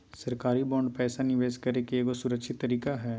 सरकारी बांड पैसा निवेश करे के एगो सुरक्षित तरीका हय